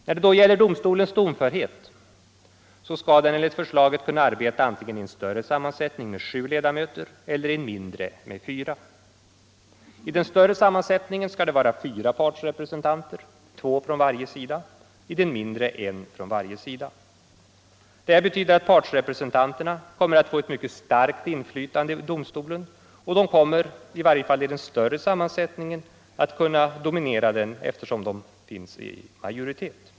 När det gäller domstolens domförhet skall domstolen enligt förslaget kunna arbeta antingen i en större sammansättning med sju ledamöter eller i en mindre med fyra. I den större sammansättningen skall det vara fyra partsrepresentanter — två från varje sida — och i den mindre en från varje sida. Detta betyder att partsrepresentanterna kommer att få ett mycket starkt inflytande i domstolen, och de kommer, i varje fall i den större sammansättningen, att kunna dominera den eftersom de har majoritet.